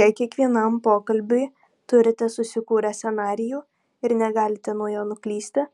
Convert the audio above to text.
jei kiekvienam pokalbiui turite susikūrę scenarijų ir negalite nuo jo nuklysti